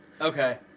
Okay